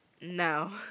No